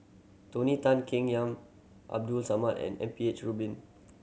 Tony Tan Keng Yam Abdul Samad and M P H Rubin